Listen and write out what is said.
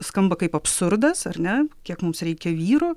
skamba kaip absurdas ar ne kiek mums reikia vyrų